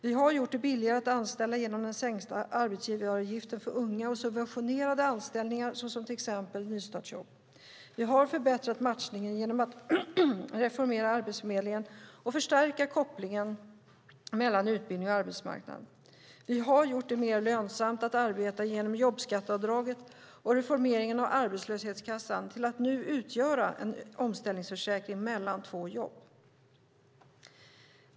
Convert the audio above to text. Vi har gjort det billigare att anställa genom den sänkta arbetsgivaravgiften för unga och genom subventionerade anställningar som till exempel nystartsjobb. Vi har förbättrat matchningen genom att reformera Arbetsförmedlingen och förstärka kopplingen mellan utbildning och arbetsmarknad. Vi har gjort det mer lönsamt att arbeta genom jobbskatteavdraget, och vi har reformerat arbetslöshetskassan till att nu utgöra en omställningsförsäkring mellan två jobb.